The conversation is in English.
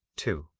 two.